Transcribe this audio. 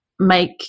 make